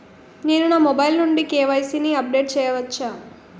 నేను నా మొబైల్ నుండి కే.వై.సీ ని అప్డేట్ చేయవచ్చా?